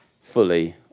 fully